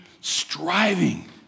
striving